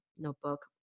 Notebook